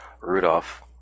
Rudolph